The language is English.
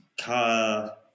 car